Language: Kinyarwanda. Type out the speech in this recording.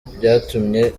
byatumye